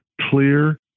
clear